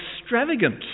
extravagant